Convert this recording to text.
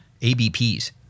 ABPs